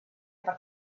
per